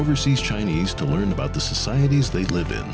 overseas chinese to learn about the societies they live in